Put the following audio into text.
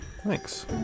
Thanks